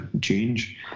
change